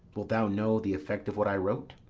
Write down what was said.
wilt thou know the effect of what i wrote?